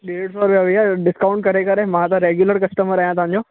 ॾेढ सौ रुपया भैया डिस्काउंट करे करे मां त रेगयुलर कस्टमर आयां तव्हांजो